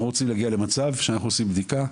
אנחנו רוצים להגיע למצב שאנחנו עושים בדיקה,